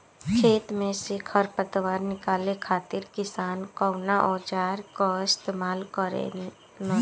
खेत में से खर पतवार निकाले खातिर किसान कउना औजार क इस्तेमाल करे न?